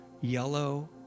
yellow